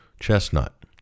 chestnut